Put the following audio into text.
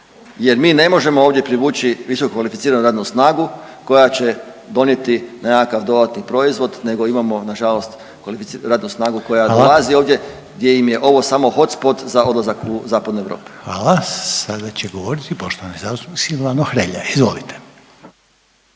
jer mi ne možemo ovdje privući visokokvalificiranu radnu snagu koja će donijeti nekakav dodatni proizvod nego imamo nažalost radnu snagu koja dolazi ovdje …/Upadica: Hvala./… gdje im je ovo samo hotspot za odlazak u Zapadnu Europu. **Reiner, Željko (HDZ)** Hvala. Sada će govoriti poštovani zastupnik Silvano Hrelja. Izvolite.